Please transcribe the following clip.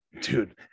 dude